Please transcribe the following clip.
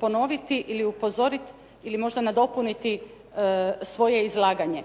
ponoviti ili upozoriti, ili možda nadopuniti svoje izlaganje.